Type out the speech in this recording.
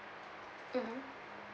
mmhmm